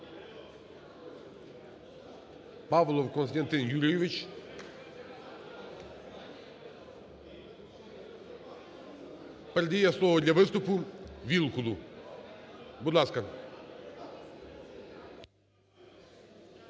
Павлов Костянтин Юрійович передає слово для виступу Вілкулу. Будь ласка.